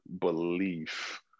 belief